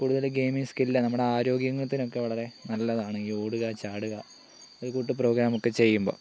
കൂടുതൽ gaming skill നമ്മുടെ ആരോഗ്യത്തിന് ഒക്കെ വളരെ നല്ലതാണ് ഈ ഓടുക ചാടുക ഈ കൂട്ട് പ്രോഗ്രാമൊക്കെ ചെയ്യുമ്പോൾ